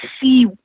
see